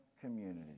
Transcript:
community